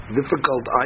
difficult